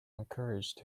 encouraged